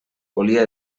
volia